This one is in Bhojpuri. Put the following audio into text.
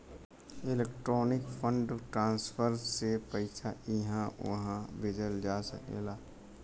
इलेक्ट्रॉनिक फंड ट्रांसफर से पइसा इहां उहां भेजल जा सकला